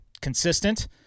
consistent